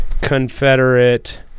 Confederate